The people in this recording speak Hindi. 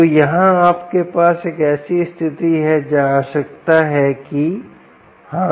तो यहाँ आपके पास एक ऐसी स्थिति है जहाँ आवश्यकता है कि हाँ